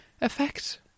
effect